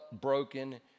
broken